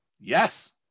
Yes